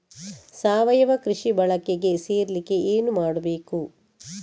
ಸಾವಯವ ಕೃಷಿ ಬಳಗಕ್ಕೆ ಸೇರ್ಲಿಕ್ಕೆ ಏನು ಮಾಡ್ಬೇಕು?